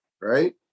right